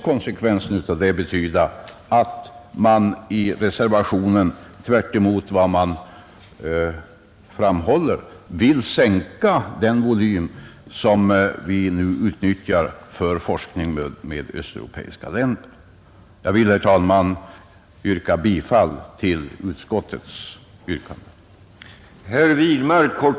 Konsekvensen av det måste bli att man i reservationen, tvärtemot vad man framhåller, vill krympa den volym som vi nu utnyttjar för forskning med östeuropeiska länder. Jag yrkar, herr talman, bifall till utskottets hemställan.